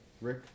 Rick